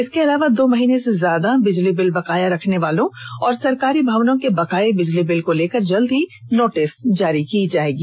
इसके अलावा दो महीने से ज्यादा बिजली बिल बकाया रखनेवालों और सरकारी भवनों के बकाये बिजली बिल को लेकर जल्द ही नोटिस जारी की जायेगी